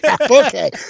Okay